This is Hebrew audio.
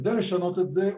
כדי לשנות את זה,